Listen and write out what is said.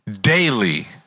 Daily